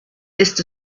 ist